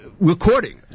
recording